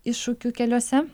iššūkių keliuose